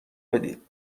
بدید